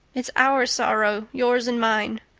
it's our sorrow yours and mine.